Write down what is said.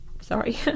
Sorry